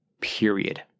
period